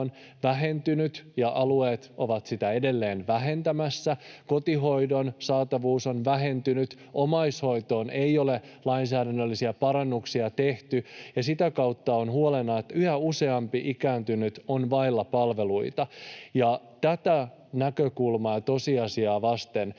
on vähentynyt ja alueet ovat sitä edelleen vähentämässä, kotihoidon saatavuus on vähentynyt ja omaishoitoon ei ole lainsäädännöllisiä parannuksia tehty, ja sitä kautta on huolena, että yhä useampi ikääntynyt on vailla palveluita. Tätä näkökulmaa ja tosiasiaa vasten